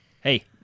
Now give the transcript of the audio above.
Hey